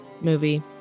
movie